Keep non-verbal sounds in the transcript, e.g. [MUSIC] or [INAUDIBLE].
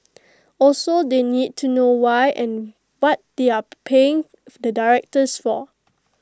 also they need to know why and what they are [NOISE] paying the directors for